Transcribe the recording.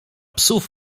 psów